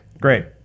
Great